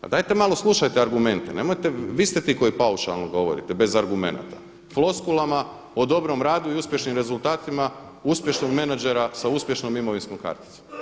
Pa dajte malo slušajte argumente, nemojte, vi ste ti koji paušalno govorite, bez argumenata, floskulama o dobrom radu i uspješnim rezultatima, uspješnog menadžera sa uspješnom imovinskom karticom.